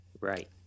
Right